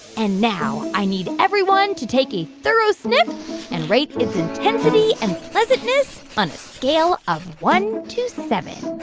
and now i need everyone to take a thorough sniff and rate its intensity and pleasantness on a scale of one to seven